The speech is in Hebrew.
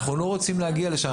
אנחנו לא רוצים להגיע לשם.